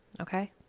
okay